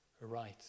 right